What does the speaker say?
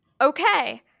Okay